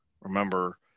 remember –